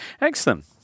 Excellent